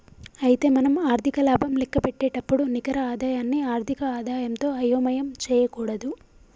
అయితే మనం ఆర్థిక లాభం లెక్కపెట్టేటప్పుడు నికర ఆదాయాన్ని ఆర్థిక ఆదాయంతో అయోమయం చేయకూడదు